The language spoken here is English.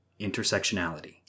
intersectionality